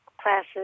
classes